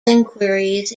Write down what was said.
inquiries